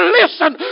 listen